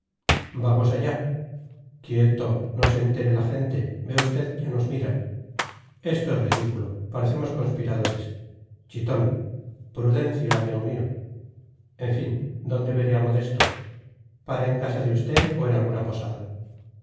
vamos allá quieto no se entere la gente ve usted ya nos miran esto es ridículo parecemos conspiradores chitón prudencia amigo mío en fin dónde veré a modesto para en casa de usted o en alguna posada